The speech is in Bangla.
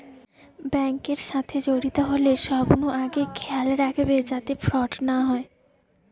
বেঙ্ক এর সাথে জড়িত হলে সবনু আগে খেয়াল রাখবে যাতে ফ্রড না হয়